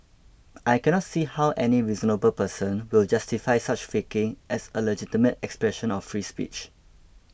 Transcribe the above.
I cannot see how any reasonable person will justify such faking as a legitimate expression of free speech